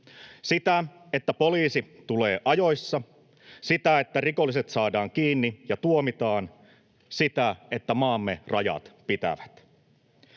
Sitä, että poliisi tulee ajoissa. Sitä, että rikolliset saadaan kiinni ja tuomitaan. Sitä, että maamme rajat pitävät.